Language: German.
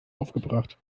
aufgebracht